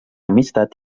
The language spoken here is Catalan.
amistat